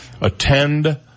Attend